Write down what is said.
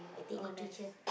oh nice